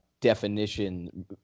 definition